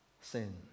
sin